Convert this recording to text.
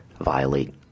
violate